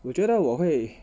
我觉得我会